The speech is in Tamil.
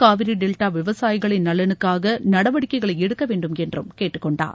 காவிரி டெல்டா விவசாயிகளின் நலனுக்காக நடவடிக்கைகளை எடுக்கவேண்டும் என்றும் கேட்டுக்கொண்டார்